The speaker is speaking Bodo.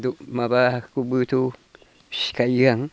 माबाखौबोथ' फिखायो आं